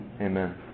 Amen